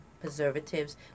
preservatives